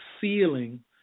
ceiling